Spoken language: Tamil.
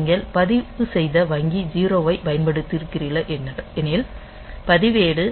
நீங்கள் பதிவுசெய்த வங்கி 0 ஐப் பயன்படுத்துகிறீர்கள் எனில் பதிவேடு